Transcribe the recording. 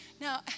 Now